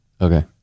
okay